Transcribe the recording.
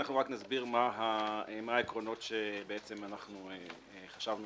אנחנו נסביר מה העקרונות שאנחנו חשבנו